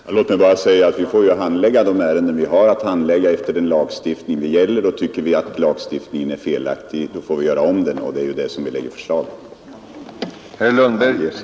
Herr talman! De ärenden som vi har att handlägga får vi handlägga enligt den lagstiftning som gäller. Tycker vi att den lagstiftningen är felaktig, får vi göra om den, och det är vad regeringen lägger fram förslag om.